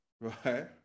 right